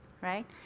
right